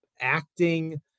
acting